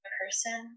person